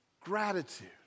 gratitude